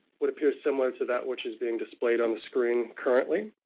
would appear similar to that which is being displayed on the screen currently.